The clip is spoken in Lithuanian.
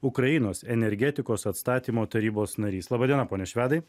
ukrainos energetikos atstatymo tarybos narys laba diena pone švedai